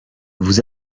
vous